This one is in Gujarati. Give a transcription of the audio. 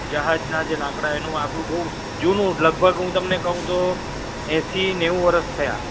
જહાજના જે લાકડા એનું આપણું બહુ જૂનું લગભગ હુ તમને કહું તો એંસી નેવું વર્ષ થયાં